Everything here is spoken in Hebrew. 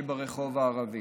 שברחוב הערבי.